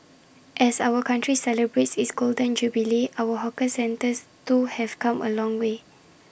as our country celebrates its Golden Jubilee our hawker centres too have come A long way